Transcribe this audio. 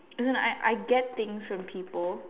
as in I I get things from people